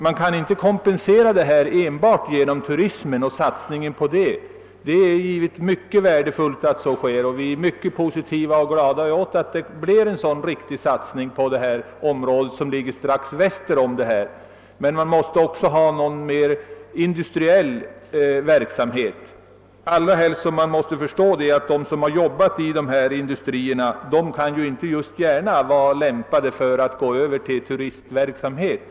Man kan inte kompensera nedläggningarna enbart genom satsning på turism, även om den är mycket värdefull. Vi är mycket glada över att det har blivit en effektiv satsning på området som ligger strax väster om det ifrågavarande. Det måste emellertid finnas industriell verksamhet, allra helst som de som arbetat i de nedlagda industrierna inte gärna kan vara lämpade för övergång till turistverksamhet.